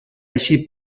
així